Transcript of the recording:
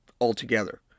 altogether